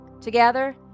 together